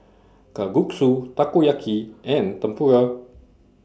Kalguksu Takoyaki and Tempura